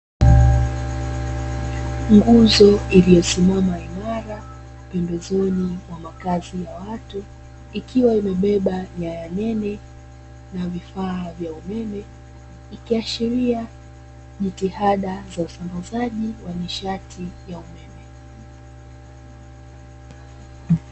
Nguzo iliyosimama imara pembezoni mwa makazi ya watu ikiwa imebeba nyaya nene na vifaa vya umeme, ikiashiria jitihada za usambazaji wa nishati ya umeme.